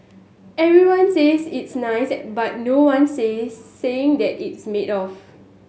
everyone says it's nice but no one's says saying that it's made of